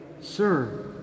Sir